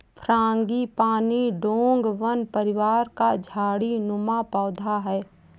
frangipani डोंगवन परिवार का झाड़ी नुमा पौधा है